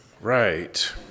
right